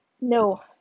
no